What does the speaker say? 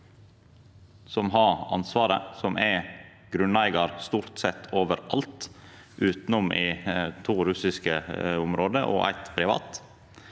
som har ansvaret, og som er grunneigar stort sett overalt, utanom i to russiske område og eitt privat,